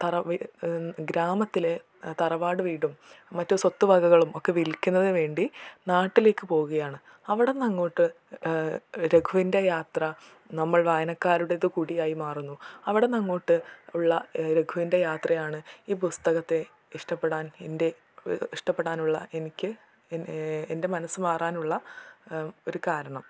ഗ്രാമത്തിലെ തറവാട് വീടും മറ്റ് സ്വത്ത് വകകളും ഒക്കെ വിൽക്കുന്നതിന് വേണ്ടി നാട്ടിലേക്ക് പോവുകയാണ് അവിടുന്ന് അങ്ങോട്ട് രഘുവിൻ്റെ യാത്ര നമ്മൾ വായനക്കാരുടേത് കൂടി ആയി മാറുന്നു അവിടെ നിന്ന് അങ്ങോട്ടുള്ള രഘുവിൻ്റെ യാത്രയാണ് ഈ പുസ്തകത്തെ ഇഷ്ടപ്പെടാൻ എൻ്റെ ഇഷ്ടപ്പെടാനുള്ള എനിക്ക് എൻ്റെ മനസ്സ് മാറാനുള്ള ഒരു കാരണം